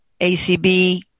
ACB